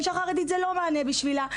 אישה חרדית זה לא מענה בשבילה,